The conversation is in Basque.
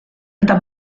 eta